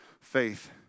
Faith